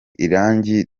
irangi